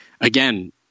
Again